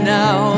now